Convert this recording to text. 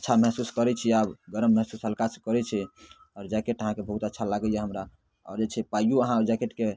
अच्छा महसूस करै छी आब गरम महसूस हल्कासँ करै छी आओर जैकेट अहाँके बहुत अच्छा लागैए हमरा आओर जे छै पाइओ अहाँ जैकेटके